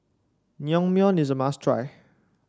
naengmyeon is a must try